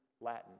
Latin